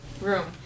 room